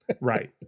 Right